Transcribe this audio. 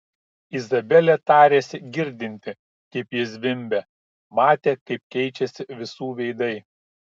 izabelė tarėsi girdinti kaip ji zvimbia matė kaip keičiasi visų veidai